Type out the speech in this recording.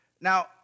Now